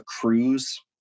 cruise